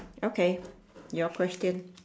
okay your question